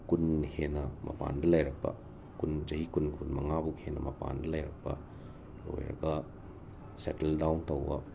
ꯀꯨꯟ ꯍꯦꯟꯅ ꯃꯄꯥꯟꯗ ꯂꯩꯔꯛꯄ ꯀꯨꯟ ꯆꯍꯤ ꯀꯨꯟ ꯃꯉꯥꯃꯨꯛ ꯍꯦꯟꯅ ꯃꯄꯥꯟꯗ ꯂꯩꯔꯛꯄ ꯂꯣꯏꯔꯒ ꯁꯦꯇꯜ ꯗꯥꯎꯟ ꯇꯧꯕ